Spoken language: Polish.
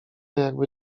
jakby